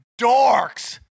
dorks